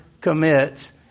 commits